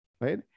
right